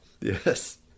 Yes